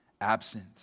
absent